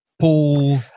Paul